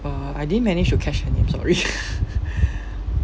uh I didn't manage to catch her name sorry